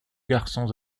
garçons